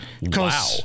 Wow